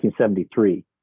1973